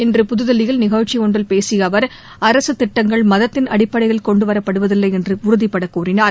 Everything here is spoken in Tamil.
இன்று புதுதில்லியில் நிகழ்ச்சி ஒன்றில் பேசிய அவர் அரசுத் திட்டங்கள் மதத்தின் அடிப்படையில் கொண்டு வரப்படுவதில்லை என்று உறுதிபட கூறினார்